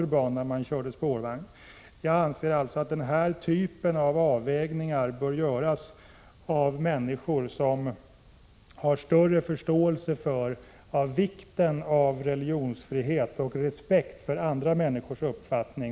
RET era Le Ae Jag anser alltså att den här typen av avvägningar bör göras av människor som har större förståelse för vikten av religionsfrihet och större respekt för andra människors uppfattning.